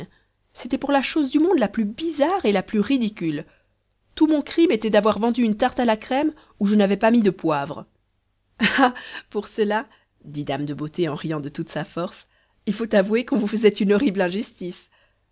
c'était pour la chose du monde la plus bizarre et la plus ridicule tout mon crime était d'avoir vendu une tarte à la crème où je n'avais pas mis de poivre ah pour cela dit dame de beauté en riant de toute sa force il faut avouer qu'on vous faisait une horrible injustice